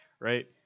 right